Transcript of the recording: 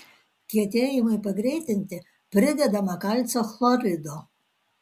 kietėjimui pagreitinti pridedama kalcio chlorido